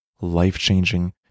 life-changing